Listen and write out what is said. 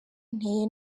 nteye